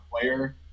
player